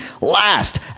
Last